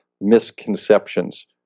misconceptions